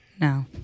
No